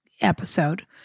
episode